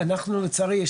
לצערי,